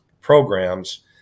programs